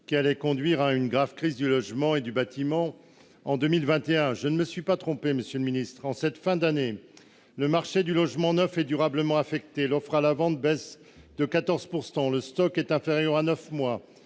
qui allaient conduire à une grave crise du logement et du bâtiment en 2021. Je ne m'étais pas trompé, monsieur le ministre : en cette fin d'année, le marché du logement neuf est durablement affecté. Le nombre de logements offerts à la vente baisse de 14 %. Le stock est inférieur à neuf mois.